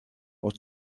aus